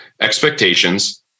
Expectations